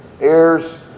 Heirs